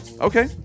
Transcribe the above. Okay